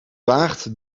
waagt